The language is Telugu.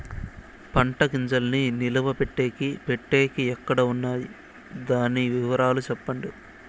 పంటల గింజల్ని నిలువ పెట్టేకి పెట్టేకి ఎక్కడ వున్నాయి? దాని వివరాలు సెప్పండి?